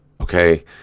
okay